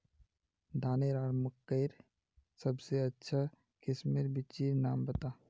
धानेर आर मकई सबसे अच्छा किस्मेर बिच्चिर नाम बता?